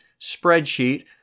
spreadsheet